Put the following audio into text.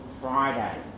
Friday